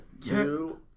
Two